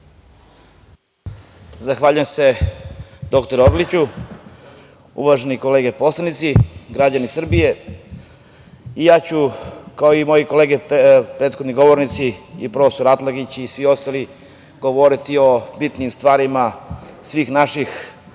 Zahvaljujem se dr. Orliću. Uvažene kolege poslanici, građani Srbije, ja ću kao i moje kolege, prethodni govornici i prof. Atlagić i svi ostali, govoriti o bitnim stvarima svih naših odbora i